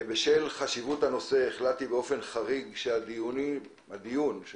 בשל חשיבות הנושא החלטתי באופן חריג שהדיון של